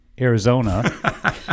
Arizona